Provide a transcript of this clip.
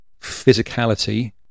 physicality